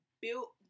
built